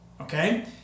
okay